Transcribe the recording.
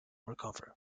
recover